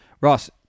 Ross